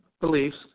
beliefs